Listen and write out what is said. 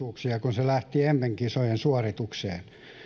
se lähti mm kisojen suoritukseen